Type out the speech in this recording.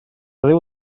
déu